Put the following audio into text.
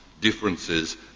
differences